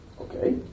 Okay